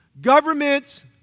governments